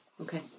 Okay